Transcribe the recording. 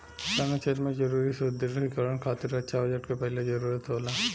सैन्य क्षेत्र में जरूरी सुदृढ़ीकरन खातिर रक्षा बजट के पहिले जरूरत होला